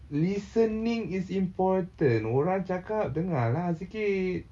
listening is important orang cakap dengar lah sikit